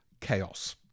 chaos